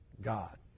God